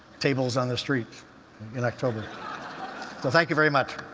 tables on the street in october. so thank you very much.